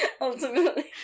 ultimately